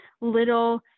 little